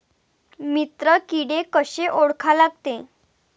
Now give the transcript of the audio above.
मित्र किडे कशे ओळखा लागते?